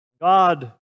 God